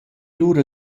lura